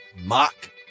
mock